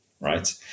right